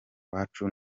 wacu